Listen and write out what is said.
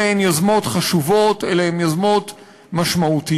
אלה הן יוזמות חשובות, אלה הן יוזמות משמעותיות.